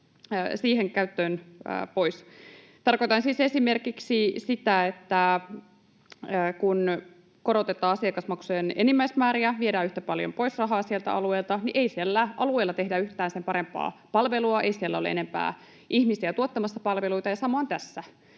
siihen käyttöön pois. Tarkoitan siis esimerkiksi sitä, että kun korotetaan asiakasmaksujen enimmäismääriä, viedään yhtä paljon pois rahaa sieltä alueelta, niin ei siellä alueella tehdä yhtään sen parempaa palvelua, ei siellä ole enempää ihmisiä tuottamassa palveluita, ja sama on tässä.